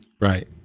Right